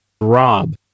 Rob